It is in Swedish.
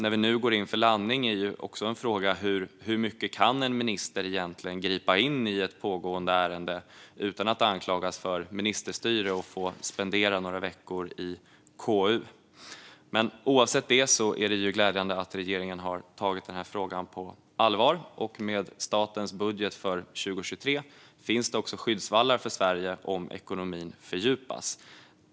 När vi nu går in för landning är det också en fråga hur mycket en minister egentligen kan gripa in i ett pågående ärende utan att anklagas för ministerstyre och få spendera några veckor i KU. Oavsett detta är det dock glädjande att regeringen har tagit den här frågan på allvar. Med statens budget för 2023 finns det också skyddsvallar för Sverige om nedgången i ekonomin fördjupas.